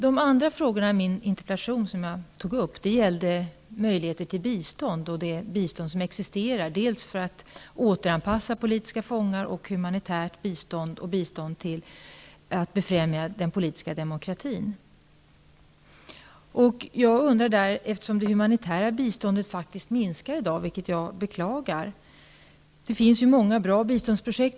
De andra frågorna som jag tog upp i min interpellation gällde möjligheter till bistånd och det bistånd som existerar för att återanpassa politiska fångar, humanitärt bistånd och bistånd för att befrämja den politiska demokratin. Det humanitära biståndet minskar faktiskt i dag, vilket jag beklagar. Det finns ju många bra biståndsprojekt.